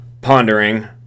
pondering